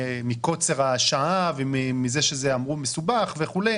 ומקוצר השעה ומזה שאמרו שזה מסובך וכו',